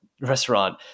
Restaurant